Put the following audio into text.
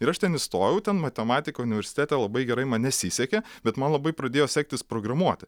ir aš ten įstojau ten matematika universitete labai gerai man nesisekė bet man labai pradėjo sektis programuoti